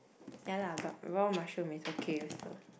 ya lah but raw mushroom is okay also